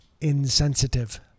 insensitive